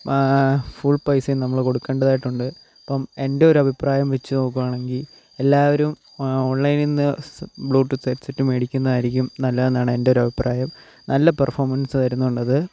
full പൈസയും നമ്മൾ കൊടുക്കേണ്ടതായിട്ടുണ്ട് അപ്പം എൻ്റെ ഒരഭിപ്രായം വെച്ച് നോക്കുകയാണെങ്കിൽ എല്ലാവരും ഓൺലൈനിൽ നിന്ന് ബ്ലൂ ടൂത്ത് ഹെഡ് സെറ്റ് മേടിക്കുന്നതായിരിക്കും നല്ലത് എന്നാണ് എൻ്റെ ഒരഭിപ്രായം നല്ല പെർഫോമൻസ് തരുന്നുണ്ടത്